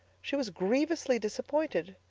she was grievously disappointed.